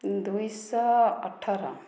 ଦୁଇଶହ ଅଠର